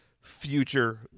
future